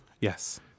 Yes